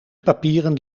papieren